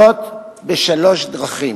וזאת בשלוש דרכים.